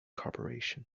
corporation